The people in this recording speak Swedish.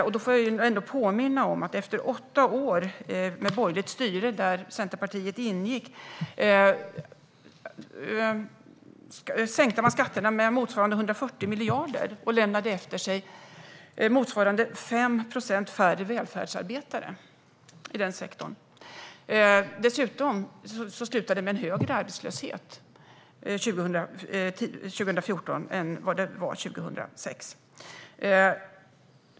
Jag får väl påminna om att under åtta år med ett borgerligt styre där Centerpartiet ingick sänkte man skatterna med motsvarande 140 miljarder och lämnade efter sig motsvarande 5 procent färre välfärdsarbetare i den sektorn. Dessutom slutade det med högre arbetslöshet 2014 än det var 2006.